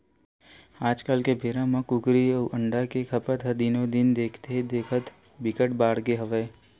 आजकाल के बेरा म कुकरी अउ अंडा के खपत ह दिनो दिन देखथे देखत बिकट बाड़गे हवय